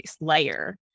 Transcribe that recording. layer